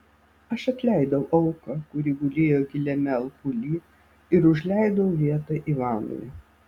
aš atleidau auką kuri gulėjo giliame alpuly ir užleidau vietą ivanui